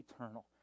eternal